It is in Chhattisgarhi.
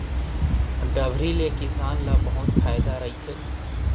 डबरी ले किसान ल बहुत फायदा रहिथे